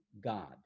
God